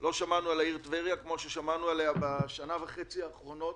לא שמענו על העיר טבריה כמו ששמענו עליה בשנה וחצי האחרונות